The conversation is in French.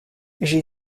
j’ai